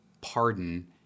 pardon